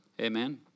Amen